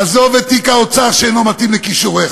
עזוב את תיק האוצר, הוא אינו מתאים לכישוריך.